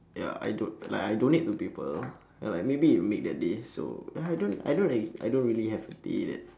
ya I don~ like I donate to people ya maybe you'll make their day so I don't I don't act~ I don't really have a day that